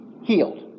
healed